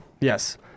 Yes